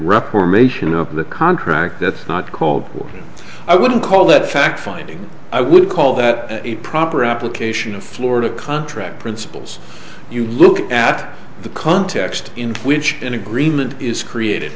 rup formation of the contract that's not called for i wouldn't call that fact finding i would call that a proper application of florida contract principles you look at the context in which an agreement is created